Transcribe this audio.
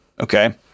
Okay